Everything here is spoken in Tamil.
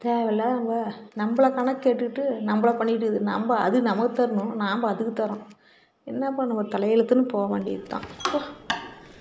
தேவைல்லாதவங்க நம்பளை கணக்கு கேட்டுகிட்டு நம்பளை பண்ணிக்கிடுது நம்ப அது நமக்கு தரணும் நாம் அதுக்கு தர்றோம் என்ன பண்ணுவோம் தலையெழுத்துன்னு போக வேண்டியதுதான் போ